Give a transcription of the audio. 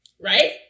right